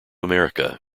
america